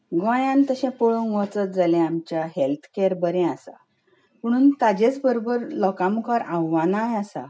गोंयांत तशें पळोवंक वचत जाल्यार आमच्या हॅल्थकॅर बरें आसा पूण ताचेंच बरोबर लोकां मुखार आव्हानांय आसात